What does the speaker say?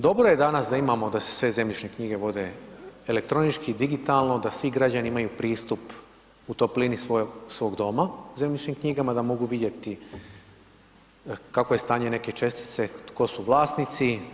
Dobro je danas, da imamo, da se sve zemljišne knjige vode, elektronički, digitalno, da svi građani imaju pristup u toplini svog doma zemljišnim knjigama, da mogu vidjeti kakvo je stanje neke čestice, tko su vlasnici.